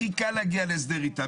הכי קל להגיע להסדר איתם.